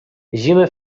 zimy